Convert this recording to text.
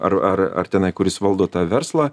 ar ar ar tenai kuris valdo tą verslą